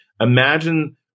Imagine